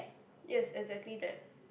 yes exactly that